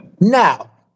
Now